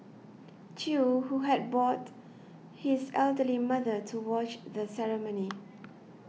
chew who had brought his elderly mother to watch the ceremony